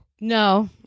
No